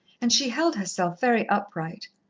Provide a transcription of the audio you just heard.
and she held herself very upright,